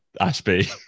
Ashby